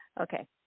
Okay